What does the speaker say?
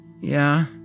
Yeah